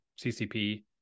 CCP